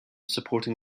supporting